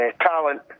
talent